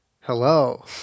hello